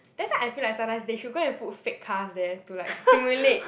that's why I feel like sometimes they should go and put fake cars there to like stimulate